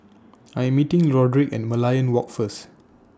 I Am meeting Roderic At Merlion Walk First